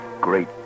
great